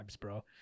bro